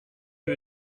que